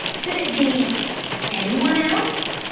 could it be any one else?